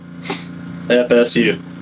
FSU